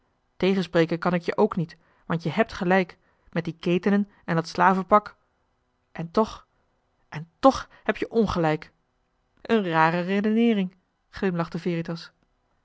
tegenspreken kan ik je ook niet want je hèbt gelijk met die ketenen en dat slavenpak en toch en toch heb-je ongelijk een rare redeneering glimlachte veritas